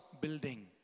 building